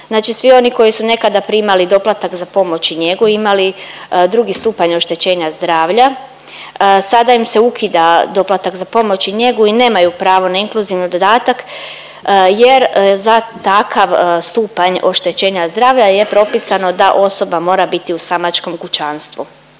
Znači svi oni koji su nekada primali doplatak za pomoć i njegu, imali drugi stupanj oštećenja zdravlja sada im se ukida doplatak za pomoć i njegu i nemaju pravo na inkluzivni dodatak, jer za takav stupanj oštećenja zdravlja je propisano da osoba mora biti u samačkom kućanstvu.